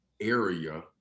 area